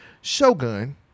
Shogun